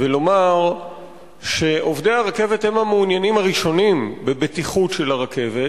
ולומר שעובדי הרכבת הם המעוניינים הראשונים בבטיחות של הרכבת,